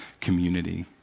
community